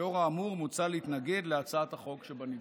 לאור האמור, מוצע להתנגד להצעת החוק שבנדון.